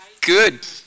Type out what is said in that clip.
good